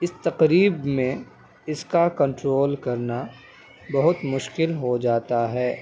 اس تقریب میں اس کا کنٹرول کرنا بہت مشکل ہو جاتا ہے